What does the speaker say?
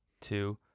two